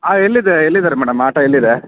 ಎಲ್ಲಿದೆ ಎಲ್ಲಿದ್ದಾರೆ madam auto ಎಲ್ಲಿದೆ